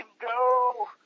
go